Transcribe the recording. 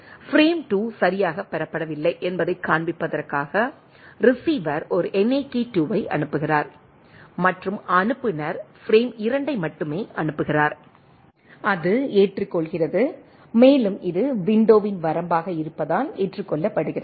frame 2 சரியாகப் பெறப்படவில்லை என்பதைக் காண்பிப்பதற்காக ரிசீவர் ஒரு NAK2 ஐ அனுப்புகிறார் மற்றும் அனுப்புநர் பிரேம் 2 ஐ மட்டுமே அனுப்புகிறார் அது ஏற்றுக்கொள்கிறது மேலும் இது விண்டோவின் வரம்பாக இருப்பதால் ஏற்றுக்கொள்ளப்படுகிறது